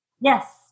Yes